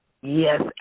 Yes